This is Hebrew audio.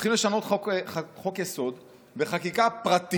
הולכים לשנות חוק-יסוד בחקיקה פרטית.